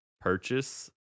purchase